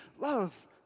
love